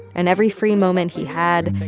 and every free moment he had,